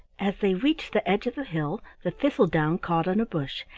as they reached the edge of the hill the thistle-down caught on a bush,